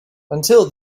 until